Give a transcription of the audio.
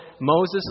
Moses